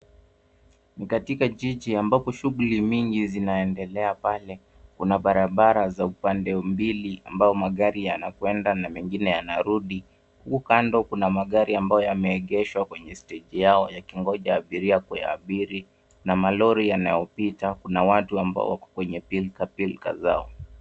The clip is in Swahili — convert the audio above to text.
Ni katika jiji ambapo shughuli mingi zinaendelea pale. Kuna barabara za upande mbili ambao magari yanakwenda na mengine yanarudi. Huku kando kuna magari ambayo yameegeshwa kwenye steji yao yakingoja abiria kuyaabiri na malori yanayopita. Kuna watu ambao wako kwenye pilka pilka zao.